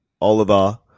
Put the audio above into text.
Oliver